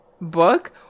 book